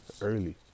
early